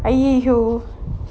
!aiyo!